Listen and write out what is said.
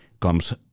comes